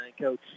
Coach